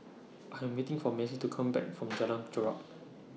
I Am waiting For Macy to Come Back from Jalan Chorak